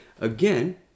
Again